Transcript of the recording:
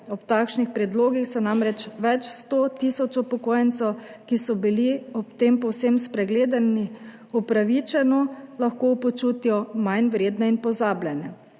Ob takšnih predlogih se namreč lahko več sto tisoč upokojencev, ki so bili ob tem povsem spregledani, upravičeno počuti manj vredne in pozabljene.